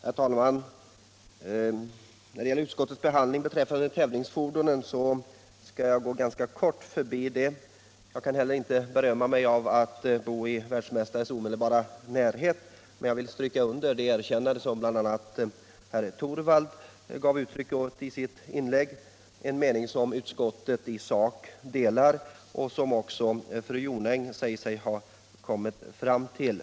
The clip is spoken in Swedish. Herr talman! Jag skall gå ganska snabbt förbi utskottets behandling av tävlingsfordonen. Jag kan heller inte berömma mig av att vara i världsmästares omedelbara närhet, men jag vill stryka under det erkännande som bl.a. herr Torwald gav uttryck år i sitt inlägg — en mening som utskottet i sak delar och som också fru Jonäng säger sig ha kommit fram till.